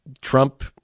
Trump